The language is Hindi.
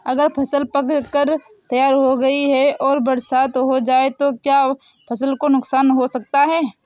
अगर फसल पक कर तैयार हो गई है और बरसात हो जाए तो क्या फसल को नुकसान हो सकता है?